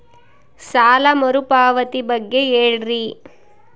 ಸಾಲ ಮರುಪಾವತಿ ಬಗ್ಗೆ ಹೇಳ್ರಿ?